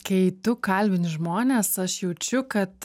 kai tu kalbini žmones aš jaučiu kad